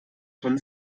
von